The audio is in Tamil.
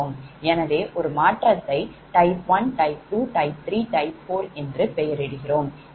எனவே ஒரு மாற்றத்தைத் type 1 type2 type 3 type 4 என்று பெயரிடுகிறோம்